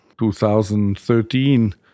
2013